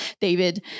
David